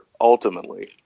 ultimately